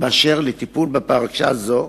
באשר לטיפול בפרשה זו,